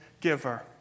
giver